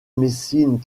messine